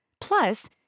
Plus